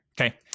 Okay